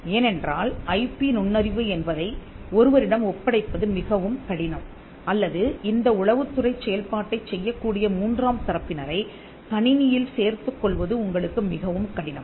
ஏனென்றால் ஐபி நுண்ணறிவு என்பதை ஒருவரிடம் ஒப்படைப்பது மிகவும் கடினம் அல்லது இந்த உளவுத்துறைச் செயல்பாட்டைச் செய்யக்கூடிய மூன்றாம் தரப்பினரைக் கணினியில் சேர்த்துக் கொள்வது உங்களுக்கு மிகவும் கடினம்